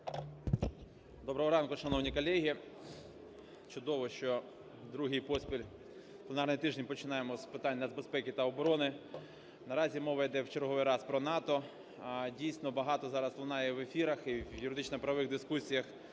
Доброго ранку, шановні колеги! Чудово, що другий поспіль пленарний тиждень починаємо з питань нацбезпеки та оборони. Наразі мова йде в черговий раз про НАТО. Дійсно, багато зараз лунає в ефірах і в юридично-правових дискусіях